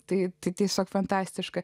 tai tiesiog fantastiška